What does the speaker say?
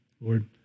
Lord